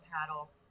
paddle